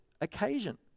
occasion